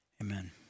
Amen